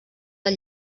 del